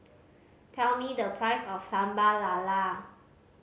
tell me the price of Sambal Lala